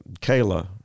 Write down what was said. Kayla